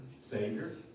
savior